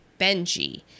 Benji